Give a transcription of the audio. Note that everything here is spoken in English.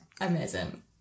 Amazing